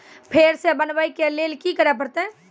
फेर सॅ बनबै के लेल की करे परतै?